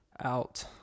out